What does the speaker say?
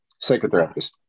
psychotherapist